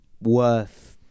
worth